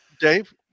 Dave